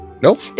Nope